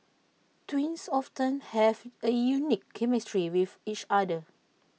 twins often have A unique chemistry with each other